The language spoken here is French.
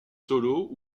solos